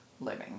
living